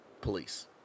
police